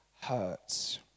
hurts